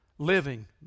Living